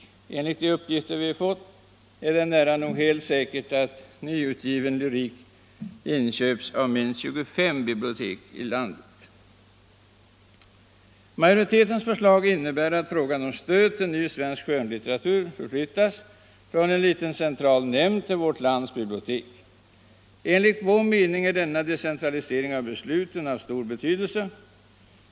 Enligt de uppgifter vi fått är det nära nog helt säkert att nyutgiven lyrik inköps av minst 25 bibliotek i landet. Majoritetens förslag innebär att avgörandet om stöd till ny svensk skönlitteratur förflyttas från en liten central nämnd till vårt lands bibliotek. Enligt vår mening är denna decentralisering av besluten av stor betydelse.